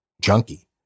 junkie